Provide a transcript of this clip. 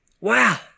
Wow